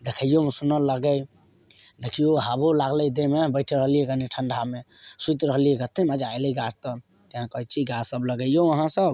देखैयोमे सुंदर लगै देखैयो हबो लागलै देहमे बैठ रहलिऐ कनी ठंडामे सुति रहलिऐ कतेक मजा एलै गाछ तर तै कहैत छी गाछ सब लगैयौ अहाँ सब